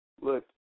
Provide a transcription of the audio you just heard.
Look